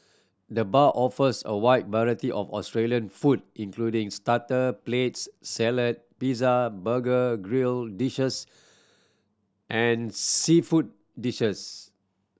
the bar offers a wide variety of Australian food including starter plates salad pizza burger grill dishes and seafood dishes